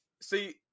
see